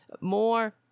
more